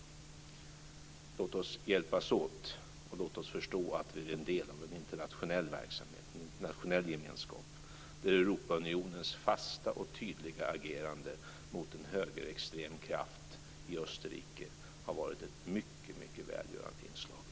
Låt oss hjälpas åt och låt oss förstå att vi är en del av en internationell verksamhet, en internationell gemenskap, där Europaunionens fasta och tydliga agerande mot en högerextrem kraft i Österrike har varit ett mycket välgörande inslag.